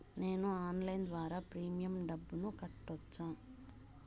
నేను ఆన్లైన్ ద్వారా ప్రీమియం డబ్బును కట్టొచ్చా?